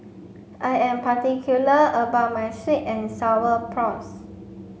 I am particular about my sweet and sour prawns